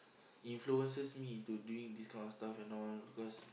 influences me into doing these kind of stuff and all because